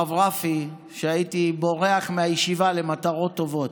הרב רפי, שהייתי בורח מהישיבה למטרות טובות.